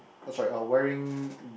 oh sorry uh wearing